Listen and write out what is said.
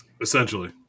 Essentially